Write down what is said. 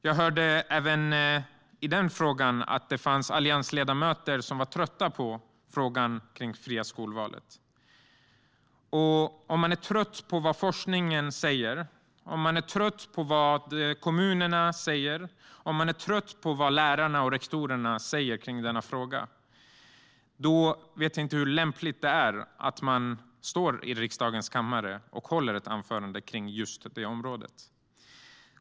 Även där hörde jag att det fanns alliansledamöter som var trötta på frågan om det fria skolvalet. Om man är trött på vad forskningen säger, på vad kommunerna säger och på vad lärare och rektorer säger i denna fråga vet jag inte om det är särskilt lämpligt att man står i riksdagens kammare och håller ett anförande om just detta.